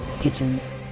kitchens